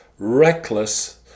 reckless